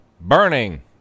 Burning